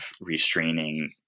restraining